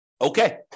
Okay